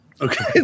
Okay